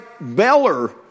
Beller